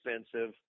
expensive